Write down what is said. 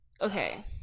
Okay